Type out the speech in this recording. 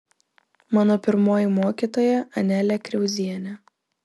mano pirmoji mokytoja anelė kriauzienė